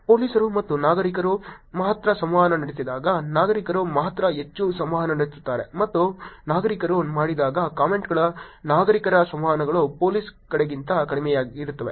ಪೊಲೀಸರು ಮತ್ತು ನಾಗರಿಕರು ಮಾತ್ರ ಸಂವಹನ ನಡೆಸಿದಾಗ ನಾಗರಿಕರು ಮಾತ್ರ ಹೆಚ್ಚು ಸಂವಹನ ನಡೆಸುತ್ತಾರೆ ಮತ್ತು ನಾಗರಿಕರು ಮಾಡಿದಾಗ ಕಾಮೆಂಟ್ಗಳ ನಾಗರಿಕರ ಸಂವಹನಗಳು ಪೊಲೀಸ್ ಕಡೆಗಿಂತ ಕಡಿಮೆಯಿರುತ್ತವೆ